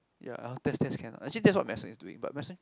ya test test can ah actually that's what medicine is doing but medicine